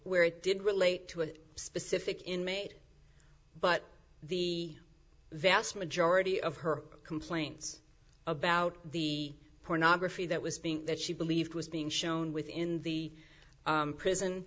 where it did relate to a specific inmate but the vast majority of her complaints about the pornography that was being that she believed was being shown within the prison